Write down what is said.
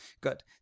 Good